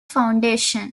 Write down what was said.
foundation